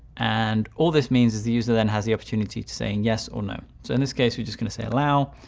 and all this means is the user then has the opportunity to say and yes or no. so in this case, we're just going to say allow.